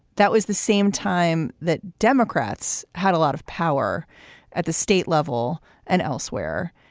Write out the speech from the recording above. that was the same time that democrats had a lot of power at the state level and elsewhere.